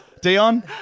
Dion